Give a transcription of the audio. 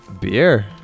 Beer